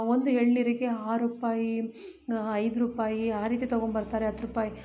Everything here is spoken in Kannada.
ಒಂದು ಎಳನೀರಿಗೆ ಆರುರೂಪಾಯಿ ಐದು ರೂಪಾಯಿ ಆ ರೀತಿ ತಗೊಂಬರ್ತಾರೆ ಹತ್ತು ರೂಪಾಯಿ